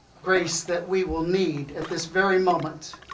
grace that we will need at this very moment